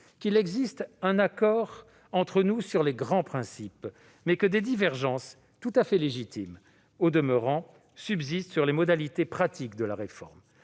-qu'il existe un accord entre nous sur les grands principes, mais que des divergences, tout à fait légitimes au demeurant, subsistent sur les modalités pratiques de la réforme.